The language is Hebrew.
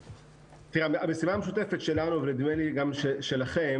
תראה, המשימה המשותפת שלנו ונדמה לי גם שלכם,